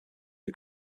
are